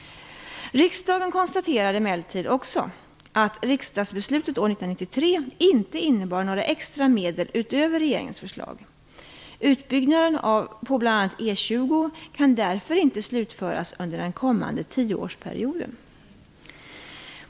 Riksdagen konstaterade emellertid också att riksdagsbeslutet år 1993 inte innebar några extra medel utöver regeringens förslag. Utbyggnaden på bl.a. E 20 kan därför inte slutföras under den kommande tioårsperioden.